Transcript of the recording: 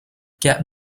get